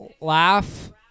Laugh